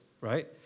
right